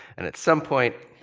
and at some point,